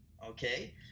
Okay